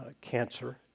cancer